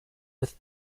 with